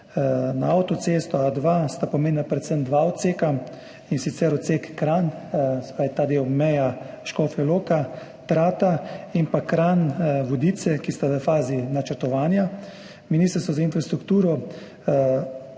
na avtocesto A2 sta pomembna predvsem dva odseka, in sicer odsek Kranj, se pravi ta del Meja, Škofja Loka, Trata in Kranj, Vodice, ki sta v fazi načrtovanja. Ministrstvo za infrastrukturo